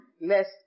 less